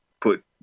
put